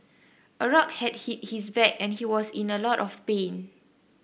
a rock had hit his back and he was in a lot of pain